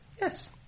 Yes